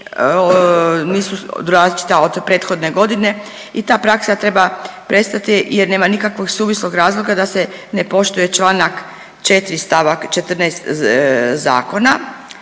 nisu različita od prethodne godine i ta praksa treba prestati jer nema nikakvog suvislog razloga da se ne poštuje čl. 4. st. 14. zakona,